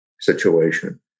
situation